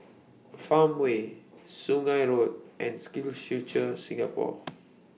Farmway Sungei Road and SkillsFuture Singapore